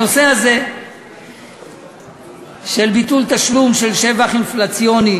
הנושא הזה של ביטול תשלום של שבח אינפלציוני